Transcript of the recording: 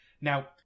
Now